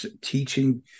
teaching